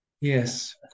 Yes